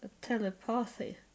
telepathy